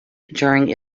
during